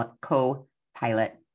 co-pilot